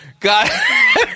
God